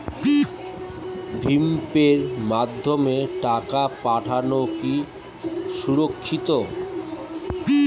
ভিম পের মাধ্যমে টাকা পাঠানো কি সুরক্ষিত?